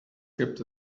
gibt